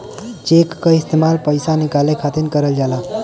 check क इस्तेमाल पइसा निकाले खातिर करल जाला